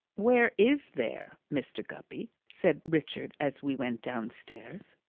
where is there, mr. guppy? said richard as we went downstairs.